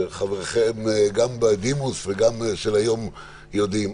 וחברכם גם בדימוס וגם של היום יודעים.